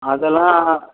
அதெல்லாம்